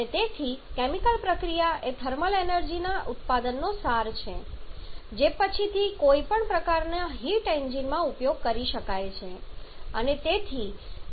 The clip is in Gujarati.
અને તેથી કેમિકલ પ્રતિક્રિયા એ થર્મલ એનર્જી ઉત્પાદનનો સાર છે જે પછીથી કોઈપણ પ્રકારના હીટ એન્જિનમાં ઉપયોગ કરી શકાય છે